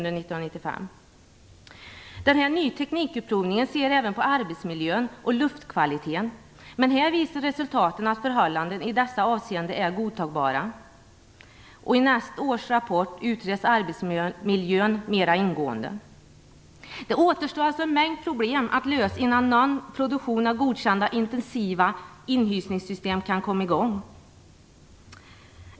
Den nya teknikutprovningen ser även på arbetsmiljön och luftkvaliteten. Resultaten visar att förhållandena i dessa avseenden är godtagbara. I nästa års rapport skall arbetsmiljön utredas mera ingående. Det återstår alltså en mängd problem att lösa innan någon produktion av godkända intensiva inhysningssystem kan komma i gång.